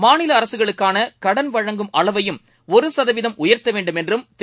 மாநிலஅரசுகளுக்கானகடன் வாங்கும் அளவையும் ஒருசதவீதம் உயர்த்தவேண்டும் என்றும் திரு